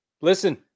Listen